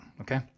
okay